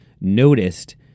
noticed